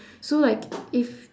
so like if